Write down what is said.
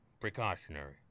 precautionary